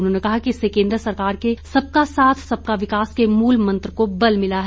उन्होंने कहा कि इससे केंद्र सरकार के सबका साथ सबका विकास के मूल मंत्र को बल मिला है